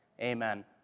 Amen